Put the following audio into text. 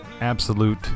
absolute